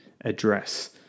address